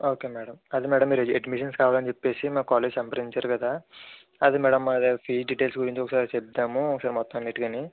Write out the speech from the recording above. okay madam అది madam మీరు admission కావాలని చెప్పేసి మా కాలేజ్ సంప్రదించారు కదా అది మేడం అది ఫీ డీటెయిల్స్ గురించి ఒకసారి చెబ్దాము ఒకసారి మొత్తం నీట్ గా అని